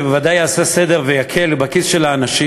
זה בוודאי יעשה סדר ויקל בכיס של האנשים,